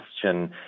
question